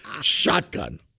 Shotgun